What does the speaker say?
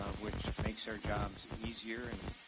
ah which makes our jobs easier and,